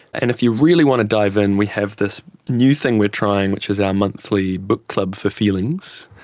and if you really want to dive in we have this new thing we are trying which is our monthly book club for feelings,